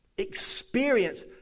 experience